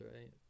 Right